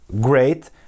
great